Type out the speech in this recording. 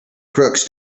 crooks